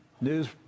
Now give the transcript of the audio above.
news